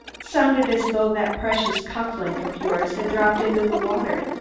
sounded as though that precious cuff-link of yours had dropped into the water.